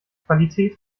qualität